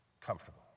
comfortable